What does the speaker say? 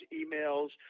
emails